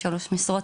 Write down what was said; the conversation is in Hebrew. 3 משרות,